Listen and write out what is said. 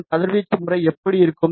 அதன் கதிர்வீச்சு முறை எப்படி இருக்கும்